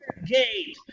Gate